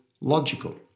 logical